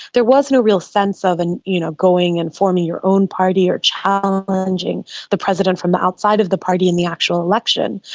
there was no real sense of and you know going and forming your own party or challenging the president from the outside of the party in the actual election.